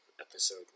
episode